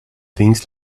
things